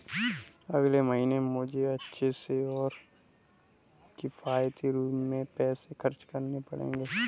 अगले महीने मुझे अच्छे से और किफायती रूप में पैसे खर्च करने पड़ेंगे